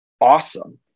awesome